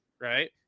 right